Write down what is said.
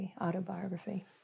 autobiography